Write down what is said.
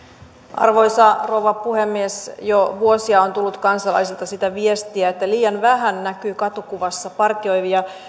arvoisa rouva puhemies jo vuosia on tullut kansalaisilta sitä viestiä että liian vähän näkyy katukuvassa partioivia